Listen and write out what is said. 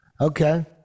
Okay